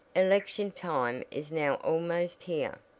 election time is now almost here.